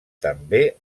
també